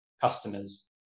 customers